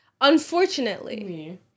Unfortunately